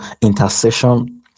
intercession